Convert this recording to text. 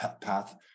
path